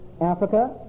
Africa